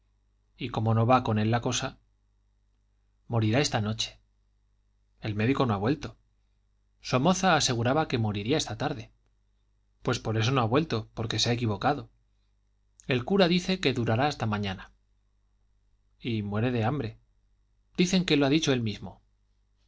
y como no va con él la cosa morirá esta noche el médico no ha vuelto somoza aseguraba que moriría esta tarde pues por eso no ha vuelto porque se ha equivocado el cura dice que durará hasta mañana y muere de hambre dicen que lo ha dicho él mismo